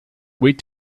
wait